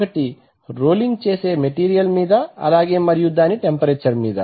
ఒకటి రోలింగ్ చేసే మెటీరియల్ మీద అలాగే మరియు దాని టెంపరేచర్ మీద